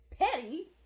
petty